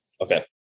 Okay